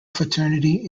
fraternity